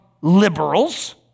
liberals